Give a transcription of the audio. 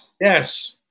Yes